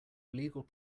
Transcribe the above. illegal